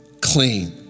clean